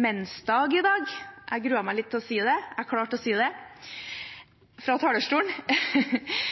mensdag i dag. Jeg grudde meg litt til å si det – jeg klarte å si det – fra talerstolen.